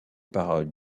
par